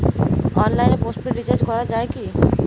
অনলাইনে postpaid recharge করা যায় কি?